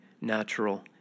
natural